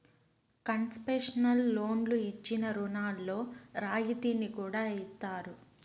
concessional లోన్లు ఇచ్చిన రుణాల్లో రాయితీని కూడా ఇత్తారు